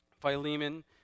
Philemon